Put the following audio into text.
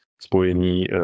spojení